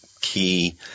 key